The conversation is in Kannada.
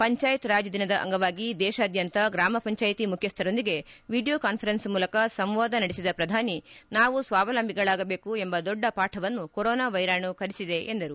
ಪಂಚಾಯತ್ ರಾಜ್ ದಿನದ ಅಂಗವಾಗಿ ದೇತಾದ್ಯಂತ ಗ್ರಾಮ ಪಂಚಾಯತಿ ಮುಖ್ಯಸ್ವರೊಂದಿಗೆ ವಿಡಿಯೋ ಕಾನ್ಫರೆನ್ಸ್ ಮೂಲಕ ಸಂವಾದ ನಡೆಸಿದ ಪ್ರಧಾನಿ ನಾವು ಸ್ವಾವಲಂಬಿಗಳಾಗಬೇಕು ಎಂಬ ದೊಡ್ಡ ಪಾಠವನ್ನು ಕೊರೋನಾ ವೈರಾಣು ಕಲಿಸಿದೆ ಎಂದರು